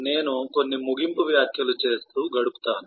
నేను కొన్ని ముగింపు వ్యాఖ్యలు చేస్తూ గడుపుతాను